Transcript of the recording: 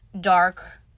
dark